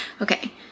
Okay